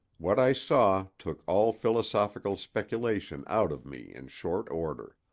what i saw took all philosophical speculation out of me in short order.